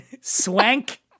swank